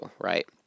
right